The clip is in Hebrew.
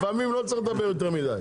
לפעמים לא צריך לדבר יותר מידי.